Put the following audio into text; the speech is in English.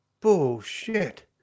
bullshit